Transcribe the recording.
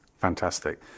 fantastic